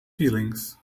feelings